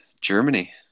Germany